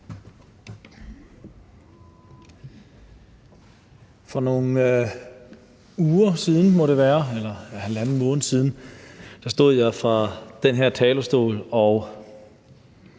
For nogle uger siden, må det være, eller halvanden måned siden stod jeg på den her talerstol og